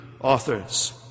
authors